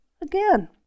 again